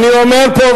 אני אומר פה,